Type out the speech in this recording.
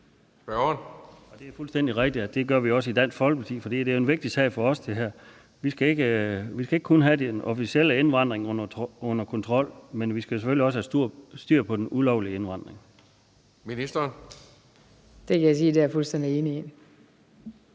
Det er fuldstændig rigtigt, og det gør vi også i Dansk Folkeparti, for det her er jo en vigtig sag for os. Vi skal ikke kun have den officielle indvandring under kontrol; vi skal selvfølgelig også have styr på den ulovlige indvandring. Kl. 16:41 Anden næstformand (Kristian